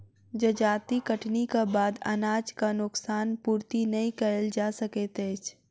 जजाति कटनीक बाद अनाजक नोकसान पूर्ति नै कयल जा सकैत अछि